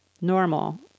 Normal